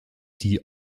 die